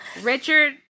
Richard